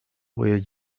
will